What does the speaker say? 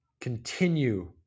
continue